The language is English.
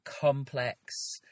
complex